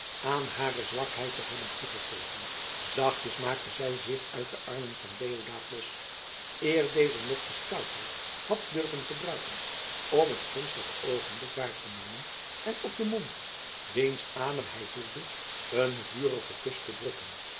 aan hare zwakheid te hebben toegegeven zachtjes maakte zij zich uit de armen van deodaat los eer deze nog de stoutheid had durven gebruiken om het gunstige oogenblik waar te nemen en op den mond wiens adem hij voelde een vurigen kus te drukken